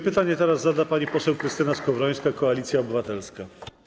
Pytanie zada pani poseł Krystyna Skowrońska, Koalicja Obywatelska.